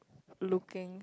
looking